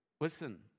Listen